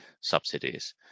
subsidies